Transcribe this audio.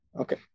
Okay